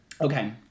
Okay